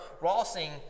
Rossing